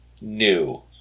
new